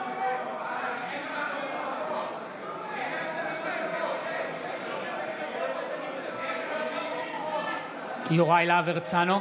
(קורא בשם חבר הכנסת) יוראי להב הרצנו.